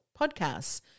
podcasts